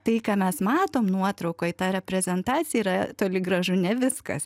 tai ką mes matom nuotraukoj ta reprezentacija yra toli gražu ne viskas